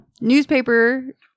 Newspaper